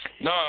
No